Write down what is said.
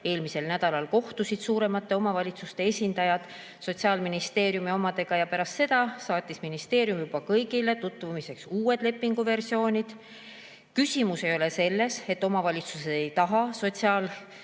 Eelmisel nädalal kohtusid suuremate omavalitsuste esindajad Sotsiaalministeeriumi omadega ja pärast seda saatis ministeerium juba kõigile tutvumiseks uued lepingu versioonid."Küsimus ei ole selles, et omavalitsused ei taha